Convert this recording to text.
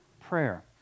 prayer